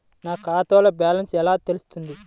నా ఖాతాలో బ్యాలెన్స్ ఎలా తెలుస్తుంది?